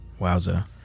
Wowza